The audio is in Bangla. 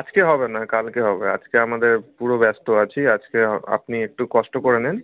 আজকে হবে না কালকে হবে আজকে আমাদের পুরো ব্যস্ত আছি আজকে আপনি একটু কষ্ট করে নিন